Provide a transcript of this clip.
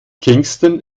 kingston